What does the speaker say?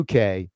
UK